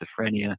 schizophrenia